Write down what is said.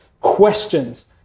questions